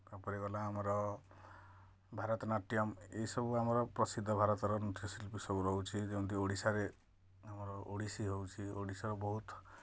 ତାପରେ ଗଲା ଆମର ଭାରତନାଟ୍ୟମ୍ ଏଇସବୁ ଆମର ପ୍ରସିଦ୍ଧ ଭାରତର ନୃତ୍ୟଶିଳ୍ପୀ ସବୁ ରହୁଛି ଯେମିତି ଓଡ଼ିଶାରେ ଆମର ଓଡ଼ିଶୀ ହଉଛି ଓଡ଼ିଶାରେ ବହୁତ